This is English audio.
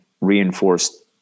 reinforced